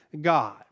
God